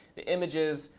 the images,